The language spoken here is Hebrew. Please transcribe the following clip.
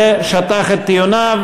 ושטח את טיעוניו,